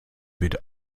wird